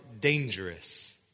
dangerous